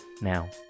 Now